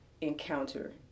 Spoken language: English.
encounter